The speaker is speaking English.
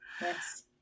Yes